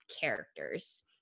characters